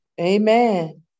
Amen